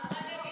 בתקשורת.